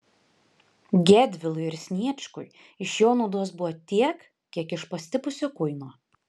gedvilui ir sniečkui iš jo naudos buvo tiek kiek iš pastipusio kuino